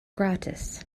gratis